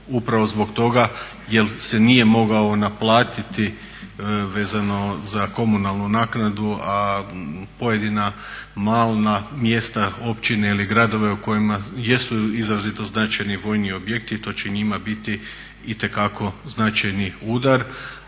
upravo zbog toga jer se nije mogao naplatiti vezano za komunalnu naknadu, a pojedina mala mjesta, općine ili gradovi u kojima jesu izrazito značajni vojni objekti to će njima biti itekako značajni udar.